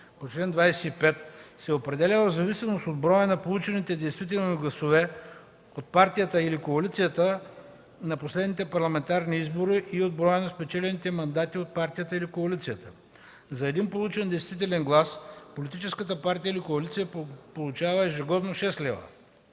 по чл. 25 се определя в зависимост от броя на получените действителни гласове от партията или коалицията на последните парламентарни избори и от броя на спечелените мандати от партията или коалицията. За един получен действителен глас политическата партия или коалиция получава ежегодно 6 лв.